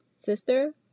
Sister